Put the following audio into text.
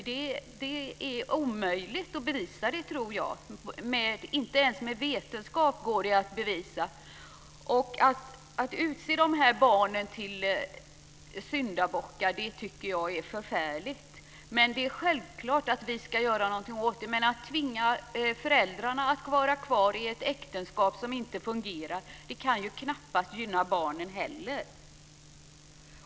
Det är omöjligt att bevisa. Det går inte att bevisa ens med vetenskap. Att utse de barnen till syndabockar är förfärligt. Självklart ska vi göra något åt det. Att tvinga föräldrarna att vara kvar i ett äktenskap som inte fungerar kan knappast gynna barnen heller.